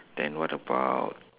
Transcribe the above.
then what about